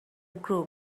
group